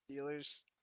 Steelers